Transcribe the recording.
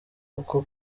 kuko